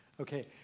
Okay